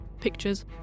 pictures